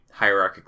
hierarchically